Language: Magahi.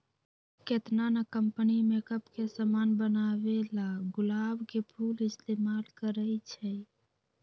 केतना न कंपनी मेकप के समान बनावेला गुलाब के फूल इस्तेमाल करई छई